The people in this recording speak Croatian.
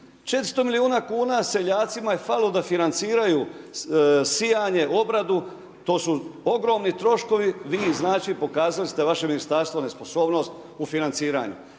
400 milijuna kn seljacima je falilo da financiraju sijanje, obradu, to su ogromni troškovi, vi ih znači, pokazali ste da vaše ministarstvo nesposobnost u financiranju.